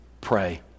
pray